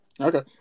Okay